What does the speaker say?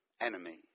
enemy